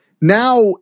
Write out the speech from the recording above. Now